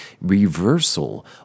reversal